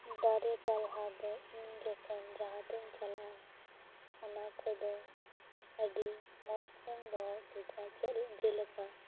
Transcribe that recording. ᱫᱟᱨᱮ ᱯᱟᱞᱦᱟ ᱫᱚ ᱤᱧ ᱡᱚᱠᱷᱚᱱ ᱡᱟᱦᱟᱛᱤᱧ ᱪᱟᱞᱟᱜᱼᱟ ᱚᱱᱟ ᱠᱚᱫᱚ ᱟᱹᱰᱤ ᱢᱚᱡᱽᱛᱮᱧ ᱫᱚᱦᱚ ᱦᱚᱴᱚ ᱠᱟᱜᱼᱟ ᱡᱮᱞᱮᱠᱟ